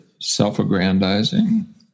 self-aggrandizing